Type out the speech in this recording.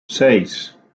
seis